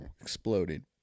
exploded